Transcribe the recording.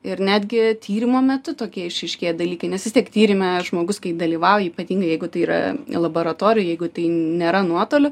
ir netgi tyrimo metu tokie išryškėja dalykai nes vis tiek tyrime žmogus kai dalyvauja ypatingai jeigu tai yra laboratorijoj jeigu tai nėra nuotoliu